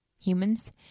humans